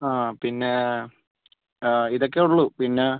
ആ പിന്നേ ഇതൊക്കെയേ ഉള്ളു പിന്നെ